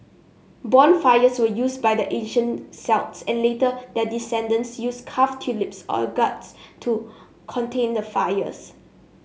bonfires were used by the ancient Celts and later their descendents used carved turnips or gourds to contain the fires